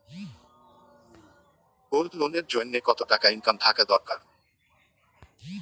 Gold loan এর জইন্যে কতো টাকা ইনকাম থাকা দরকার?